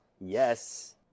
yes